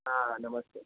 हां नमस्ते